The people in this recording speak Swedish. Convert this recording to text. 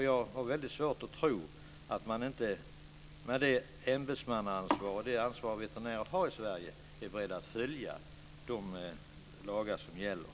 Jag har väldigt svårt att tro att man med det ämbetsmannaansvar och det ansvar i övrigt som veterinärer har i Sverige inte är beredd att följa de lagar som gäller.